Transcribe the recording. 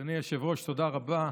אדוני היושב-ראש, תודה רבה.